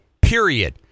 Period